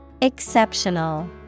Exceptional